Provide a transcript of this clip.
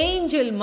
Angel